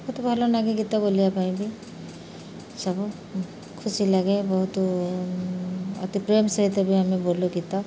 ମୋତେ ଭଲ ନାଗେ ଗୀତ ବୋଲିବା ପାଇଁ ବି ସବୁ ଖୁସି ଲାଗେ ବହୁତ ଅତି ପ୍ରେମ ସେ ତେବେ ଆମେ ବୋଲୁ ଗୀତ